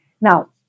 Now